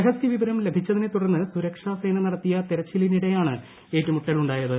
രഹസ്യവിവരം ലഭിച്ചതിനെത്തുടർന്ന് നടത്തിയ തെരച്ചിലിനിടെയാണ് ഏറ്റുമുട്ടലുണ്ടായത്